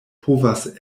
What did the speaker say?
povas